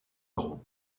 gros